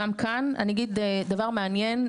גם כאן אני אגיד דבר מעניין.